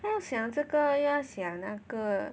要想这个又要想那个